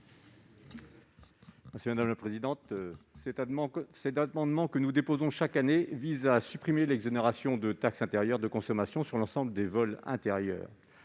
l'amendement n° I-934. Cet amendement, que nous déposons chaque année, vise à supprimer l'exonération de taxe intérieure de consommation sur l'ensemble des vols intérieurs.